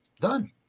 Done